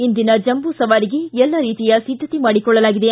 ಇಂದಿನ ಜಂಬೂ ಸವಾರಿಗೆ ಎಲ್ಲ ರೀತಿಯ ಸಿದ್ದತೆ ಮಾಡಿಕೊಳ್ಳಲಾಗಿದೆ